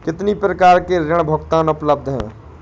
कितनी प्रकार के ऋण भुगतान उपलब्ध हैं?